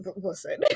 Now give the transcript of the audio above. listen